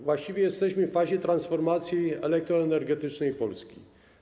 Właściwie jesteśmy w fazie transformacji elektroenergetycznej Polski.